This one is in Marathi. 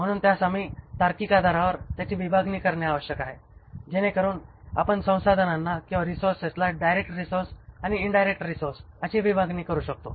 म्हणून आम्हाला त्यास काही तार्किक आधारावर त्याची विभागणी करणे आवश्यक आहे जेणेकरून आपण संसाधनांना डायरेक्ट रीसोर्स आणि इन्डायरेक्ट रिसोर्स अशी विभागणी करू शकू